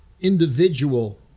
individual